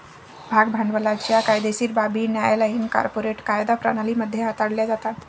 भाग भांडवलाच्या कायदेशीर बाबी न्यायालयीन कॉर्पोरेट कायदा प्रणाली मध्ये हाताळल्या जातात